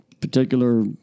Particular